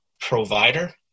provider